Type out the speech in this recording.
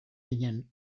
ginen